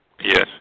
Yes